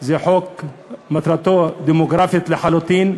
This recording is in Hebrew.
מטרתו דמוגרפית לחלוטין,